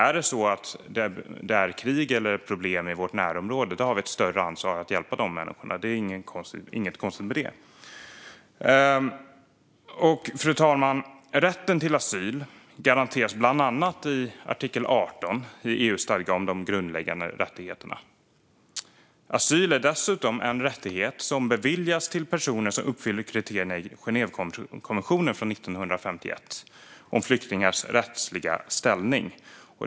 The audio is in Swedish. Är det sedan så att det är krig eller problem i vårt närområde har vi ett större ansvar att hjälpa de människorna. Det är inget konstigt med det. Fru talman! Rätten till asyl garanteras bland annat i artikel 18 i EU-stadgan om de grundläggande rättigheterna. Asyl är dessutom en rättighet som beviljas till personer som uppfyller kriterierna i Genèvekonventionen från 1951 om flyktingars rättsliga ställning.